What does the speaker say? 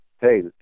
Hey